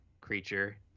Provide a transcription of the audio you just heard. creature